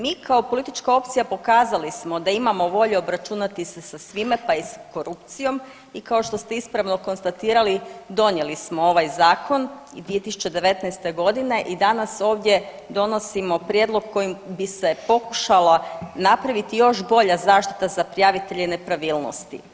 Mi kao politička opcija pokazali smo da imamo volje obračunati se sa svima, pa i s korupcijom i kao što ste ispravno konstatirali donijeli smo ovaj zakon i 2019.g. i danas ovdje donosimo prijedlog kojim bi se pokušala napraviti još bolja zaštita za prijavitelje nepravilnosti.